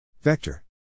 Vector